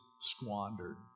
squandered